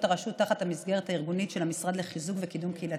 הרשות תחת המסגרת הארגונית של המשרד לחיזוק וקידום קהילתי.